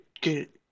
Good